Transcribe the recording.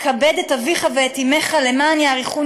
"כבד את אביך ואת אמך למען יאריכון